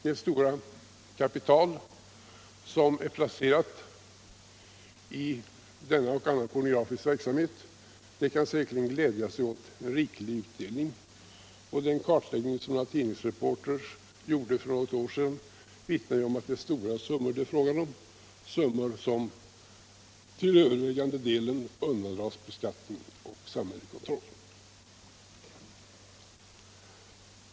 Det stora kapital som är placerat i denna och annan pornografisk verksamhet kan säkerligen glädja sig åt en riklig utdelning, och den kartläggning som några tidningsreportrar gjorde för något år sedan vittnar om att det är stora summor det är fråga om — summor som till övervägande delen undandras beskattning och samhällets kontroll.